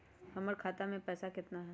हमर खाता मे पैसा केतना है?